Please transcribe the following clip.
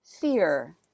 fear